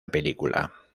película